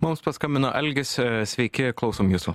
mums paskambino algis sveiki klausom jūsų